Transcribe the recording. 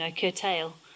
curtail